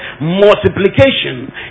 multiplication